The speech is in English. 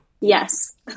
Yes